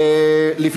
הבנתי.